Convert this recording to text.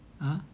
!huh!